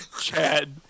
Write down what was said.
Chad